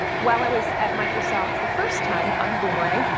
while i was at microsoft the first time, i'm boomerang.